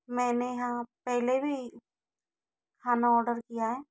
मैने यहाँ पहले भी खाना ऑर्डर किया है